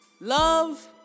Love